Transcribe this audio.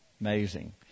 Amazing